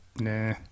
Nah